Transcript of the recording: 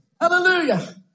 Hallelujah